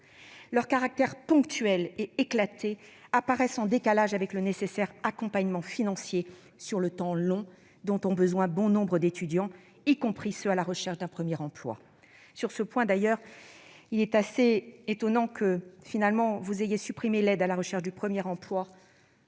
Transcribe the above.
Leur caractère ponctuel et éclaté apparaît en décalage avec le nécessaire accompagnement financier sur le temps long, dont bon nombre d'étudiants ont besoin, y compris ceux étant à la recherche d'un premier emploi. À cet égard, il est assez étonnant que vous ayez supprimé l'aide à la recherche du premier emploi,